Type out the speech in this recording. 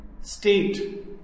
state